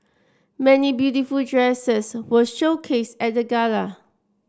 many beautiful dresses were showcased at the gala